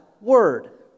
word